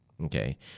okay